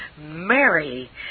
Mary